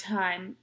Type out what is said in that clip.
time